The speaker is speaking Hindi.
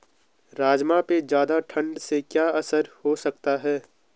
राजमा पे ज़्यादा ठण्ड से क्या असर हो सकता है?